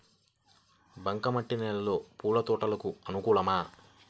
బంక మట్టి నేలలో పూల తోటలకు అనుకూలమా?